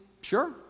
Sure